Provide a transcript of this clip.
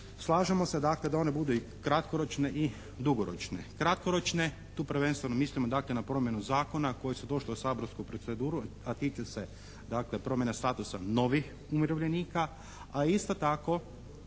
slažemo se dakle da one budu i kratkoročne i dugoročne. Kratkoročne, tu prvenstveno mislimo dakle na promjenu zakona koji su došli u saborsku proceduru, a tiču se dakle promjene statusa novih umirovljenika, a isto tako